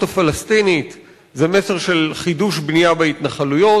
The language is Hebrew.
הפלסטינית זה מסר של חידוש בנייה בהתנחלויות,